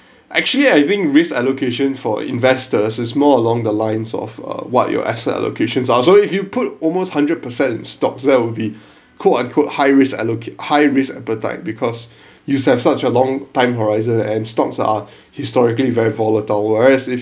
actually I think risk allocation for investors is more along the lines of uh what your asset allocations are so if you put almost hundred percent it stops there would be quote unquote high risk high risk appetite because you have such a long time horizon and stocks are historically very volatile whereas if